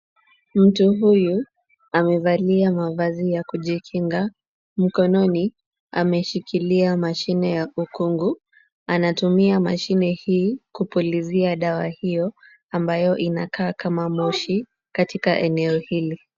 Mtu huyu amevalia mavazi ya kujikinga. Mkononi ameshikilia mashine ya ukungu. Anatumia mashine hii kupulizia dawa hiyo ambayo inakaa kama moshi katika eneo hili.